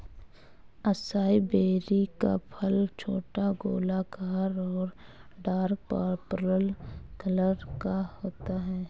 acai berry का फल छोटा, गोलाकार और डार्क पर्पल कलर का होता है